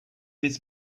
this